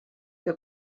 que